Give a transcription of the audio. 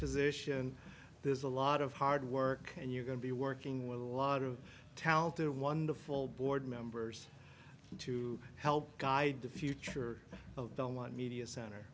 position there's a lot of hard work and you're going to be working with a lot of talented wonderful board members to help guide the future of don't want media center